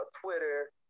Twitter